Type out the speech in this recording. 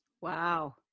wow